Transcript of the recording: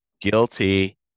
Guilty